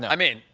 and i mean,